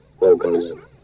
organism